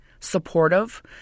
supportive